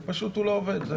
פשוט הוא לא עובד.